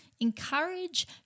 Encourage